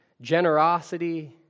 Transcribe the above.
generosity